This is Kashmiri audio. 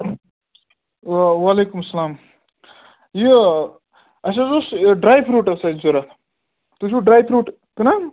وعلیکُم سلام یہِ اَسہِ حظ اوس ڈرٛاے فروٗٹ اوس اَسہِ ضوٚرَتھ تُہۍ چھُو ڈرٛاے فروٗٹ کٕنان